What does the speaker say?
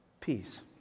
peace